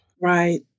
Right